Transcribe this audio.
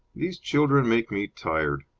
these children make me tired.